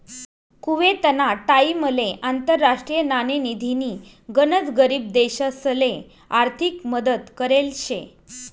कुवेतना टाइमले आंतरराष्ट्रीय नाणेनिधीनी गनच गरीब देशसले आर्थिक मदत करेल शे